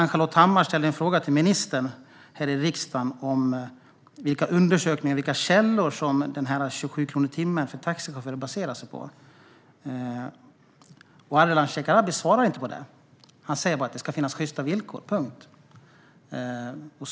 Ann-Charlotte Hammar Johnsson ställde en fråga till ministern i riksdagen om vilka källor som påståendet om 27 kronor i timmen för taxichaufförer baserar sig på. Ardalan Shekarabi svarade inte på det. Han sa bara att det ska finnas sjysta villkor, punkt.